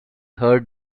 heard